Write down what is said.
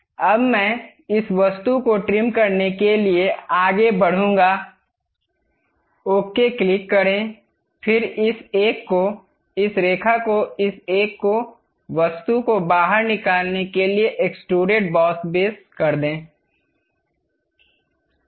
अब मैं इस वस्तु को ट्रिम करने के लिए आगे बढ़ूंगा ओके क्लिक करें फिर इस एक को इस रेखा को इस एक को वस्तु को बाहर निकालने के लिए एक्सट्रुडेड बॉस बेस कर दें